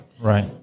Right